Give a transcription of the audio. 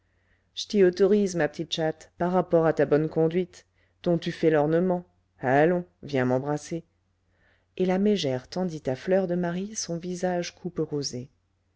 je t'y autorise ma petite chatte par rapport à ta bonne conduite dont tu fais l'ornement allons viens m'embrasser et la mégère tendit à fleur de marie son visage